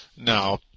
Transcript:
Now